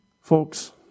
Folks